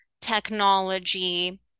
technology